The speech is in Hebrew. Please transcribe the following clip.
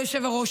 כבוד היושב-ראש,